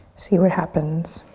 see what happens.